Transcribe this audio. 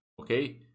okay